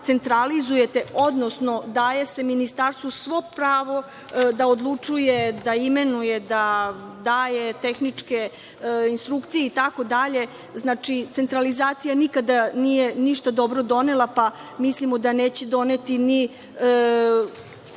centralizujete, odnosno daje se Ministarstvu svo pravo da odlučuje, da imenuje, da daje tehničke instrukcije, itd. Znači, centralizacija nikada nije ništa dobro donela, pa mislimo da neće doneti ni